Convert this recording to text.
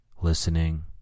listening